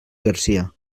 garcia